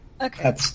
Okay